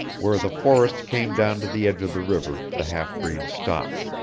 where the forest came down to the edge of the river the half-breed stopped.